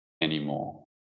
anymore